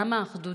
למה אחדות?